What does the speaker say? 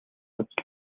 үзэл